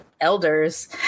elders